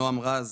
נועם רז,